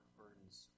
burdens